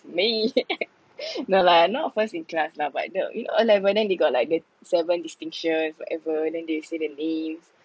may no lah not first in class lah but the you know O level then they got like the seven distinction whatever then they say the names